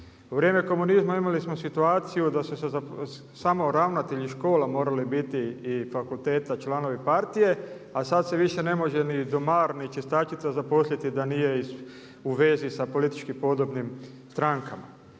U vrijeme komunizma imali smo situaciju da su samo ravnatelji škola morali biti i fakulteta članovi partije a sada se više ne može ni domar ni čistačica zaposliti da nije u vezi sa politički podobnim strankama.